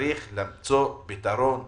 צריך למצוא פתרון קבוע,